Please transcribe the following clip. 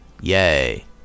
Yay